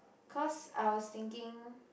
cause I was thinking